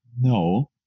No